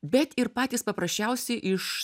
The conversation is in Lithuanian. bet ir patys paprasčiausi iš